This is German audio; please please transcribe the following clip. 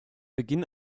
beginn